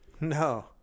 No